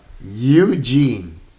Eugene